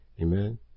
Amen